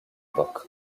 book